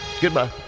goodbye